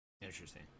interesting